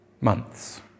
months